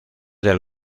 del